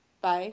Bye